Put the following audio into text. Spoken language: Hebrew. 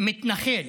מתנחל